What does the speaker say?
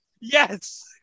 Yes